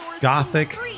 gothic